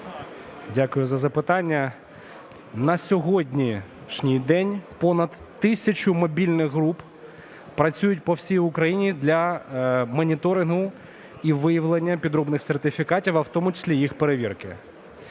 Дякую за запитання. На сьогоднішній день понад тисячу мобільних груп працюють по всій Україні для моніторингу і виявлення підробних сертифікатів, а в тому числі і їх перевірки.